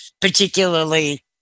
particularly